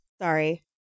Sorry